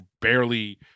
barely